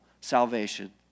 salvation